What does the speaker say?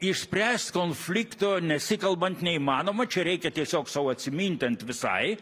išspręst konflikto nesikalbant neįmanoma čia reikia tiesiog sau atsimint ant visai